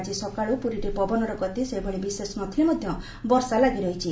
ଆଜି ସକାଳୁ ପୁରୀରେ ପବନର ଗତି ସେଭଳି ବିଶେଷ ନଥିଲେ ମଧ ବର୍ଷା ଲାଗି ରହିଛି